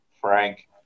Frank